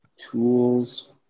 tools